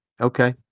Okay